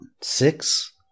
Six